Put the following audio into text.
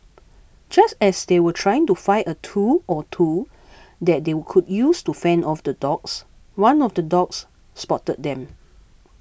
just as they were trying to find a tool or two that they would could use to fend off the dogs one of the dogs spotted them